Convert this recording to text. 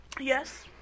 Yes